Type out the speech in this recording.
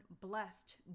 blessed